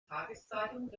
tageszeitung